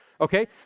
Okay